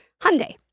Hyundai